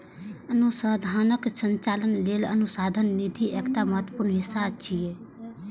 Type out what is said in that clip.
अनुसंधानक संचालन लेल अनुसंधान निधि एकटा महत्वपूर्ण हिस्सा छियै